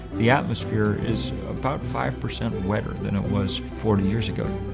the atmosphere is about five percent wetter than it was forty years ago.